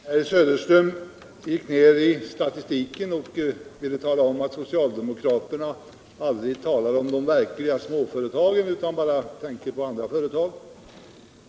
Herr talman! Herr Söderström dök ned i statistiken och påstod att socialdemokraterna aldrig talade om de verkliga småföretagen utan bara tänkte på andra företag.